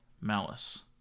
malice